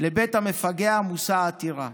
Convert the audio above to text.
לבית המפגע מושא העתירה.